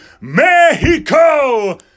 Mexico